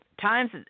times